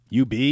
UB